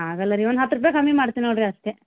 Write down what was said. ಆಗೋಲ್ಲ ರೀ ಒಂದು ಹತ್ತು ರೂಪಾಯಿ ಕಮ್ಮಿ ಮಾಡ್ತೀನಿ ನೋಡಿರಿ ಅಷ್ಟೇ